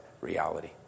reality